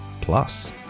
plus